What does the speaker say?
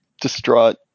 distraught